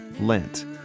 Lent